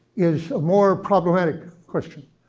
is a more problematic question.